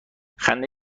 خنده